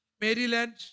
Maryland